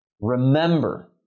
remember